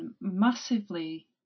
massively